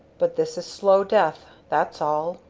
but this is slow death that's all.